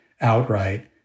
outright